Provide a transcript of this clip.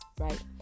right